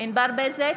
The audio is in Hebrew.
ענבר בזק,